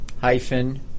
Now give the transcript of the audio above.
Hyphen